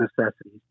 necessities